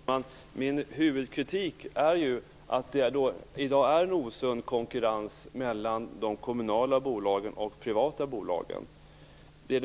Fru talman! Min huvudkritik är att det i dag råder en osund konkurrens mellan de kommunala och de privata bolagen. Vad